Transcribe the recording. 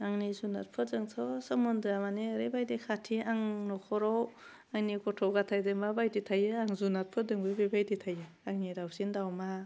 आंनि जुनारफोरजोंथ' सोमोन्दोआ मानि ओरैबायदि खाथि आं न'खराव आंनि गथ' गथायजों मा बायदि थायो आं जुनादफोरजोंबो बेबायदि थायो आंनि दावसिन दावमा